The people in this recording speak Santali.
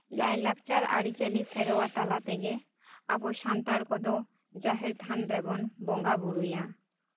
ᱞᱟᱭᱼᱞᱟᱠᱪᱟᱨ ᱟᱹᱨᱤᱪᱟᱹᱞᱤ ᱥᱮᱨᱣᱟ ᱛᱟᱞᱟ ᱛᱮᱜᱮ ᱟᱵᱚ ᱥᱟᱱᱛᱟᱲ ᱠᱚᱫᱚ ᱡᱟᱦᱮᱨ ᱛᱷᱟᱱ ᱨᱮᱵᱚᱱ ᱵᱚᱸᱜᱟᱼᱵᱳᱨᱳᱭᱟ